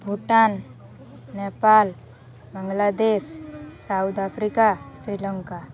Bhutan Nepal Bangladesh South Africa Sri Lanka